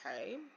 okay